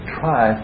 try